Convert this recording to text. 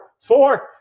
four